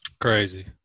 Crazy